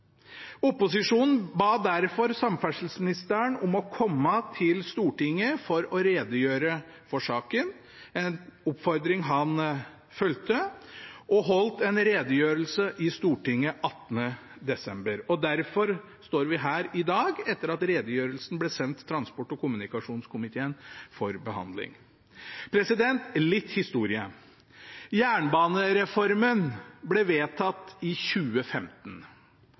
Opposisjonen ba derfor samferdselsministeren om å komme til Stortinget for å redegjøre om saken – en oppfordring han fulgte – og han holdt en redegjørelse i Stortinget 18. desember i fjor. Derfor står vi her i dag – etter at redegjørelsen ble sendt transport- og kommunikasjonskomiteen for behandling. Litt historie: Jernbanereformen ble vedtatt i 2015